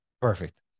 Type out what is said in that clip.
Perfect